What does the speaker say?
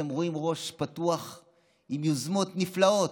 ואתם רואים ראש פתוח עם יוזמות נפלאות.